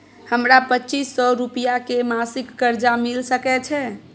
हमरा पच्चीस सौ रुपिया के मासिक कर्जा मिल सकै छै?